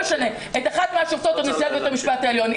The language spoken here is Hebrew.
את אחת מהשופטות או את נשיאת בית המשפט העליון.